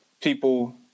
people